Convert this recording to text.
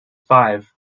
five